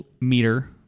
meter